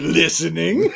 listening